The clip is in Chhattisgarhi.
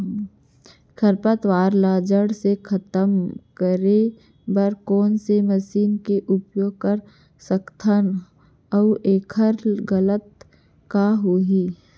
खरपतवार ला जड़ समेत खतम करे बर कोन से मशीन के उपयोग कर सकत हन अऊ एखर लागत का होही?